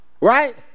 Right